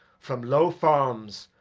from low farms,